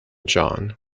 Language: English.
john